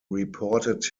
reported